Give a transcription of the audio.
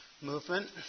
movement